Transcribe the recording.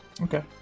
okay